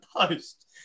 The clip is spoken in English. post